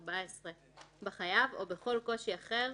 69ב14 בחייב או בכל קושי אחר,